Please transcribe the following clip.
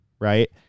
Right